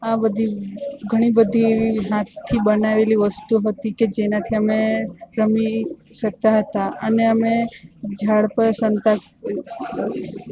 આ બધી ઘણી બધી એવી હાથથી બનાવેલી વસ્તુ હતી કે જેનાંથી અમે રમી શકતા હતા અને અમે ઝાડ પર સંતા અ